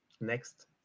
next